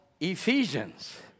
Ephesians